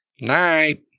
Night